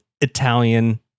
Italian